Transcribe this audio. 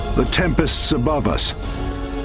the tempest above us